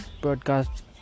broadcast